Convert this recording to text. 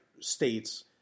states